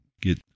get